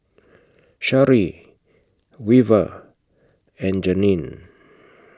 Shari Weaver and Janene